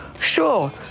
sure